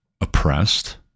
oppressed